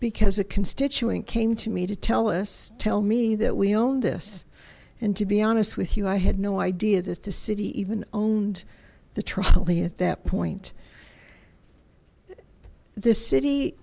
because a constituent came to me to tellus tell me that we own this and to be honest with you i had no idea that the city even owned the trolley at that point this city